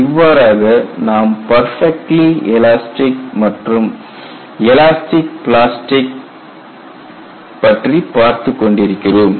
இவ்வாறாக நாம் perfectly elastic மற்றும் எலாஸ்டிக் பிளாஸ்டிக் பற்றி பார்த்துக் கொண்டிருக்கிறோம்